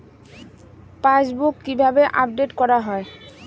Passbook কিভাবে update করা হয়?